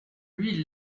lui